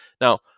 now